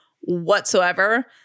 whatsoever